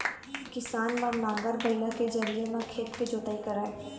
किसान मन नांगर, बइला के जरिए म खेत के जोतई करय